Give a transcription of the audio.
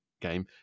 game